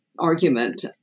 argument